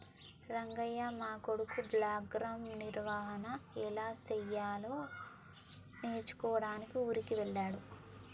రంగయ్య మా కొడుకు బ్లాక్గ్రామ్ నిర్వహన ఎలా సెయ్యాలో నేర్చుకోడానికి ఊరికి వెళ్ళాడు